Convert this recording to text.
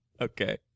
okay